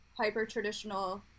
hyper-traditional